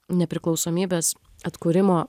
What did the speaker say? nepriklausomybės atkūrimo